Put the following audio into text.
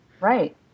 Right